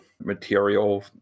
material